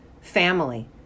family